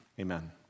amen